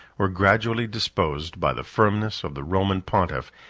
were gradually disposed, by the firmness of the roman pontiff,